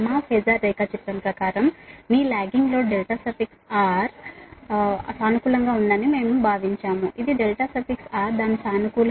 మా phasor రేఖాచిత్రం ప్రకారం మీ లాగ్గింగ్ లోడ్ R సానుకూలంగా ఉందని మేము భావించాము ఇది R దాని సానుకూల